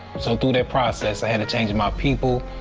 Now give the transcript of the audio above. so through that process, i had to change and my people,